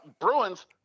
Bruins